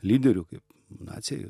lyderių kaip naciai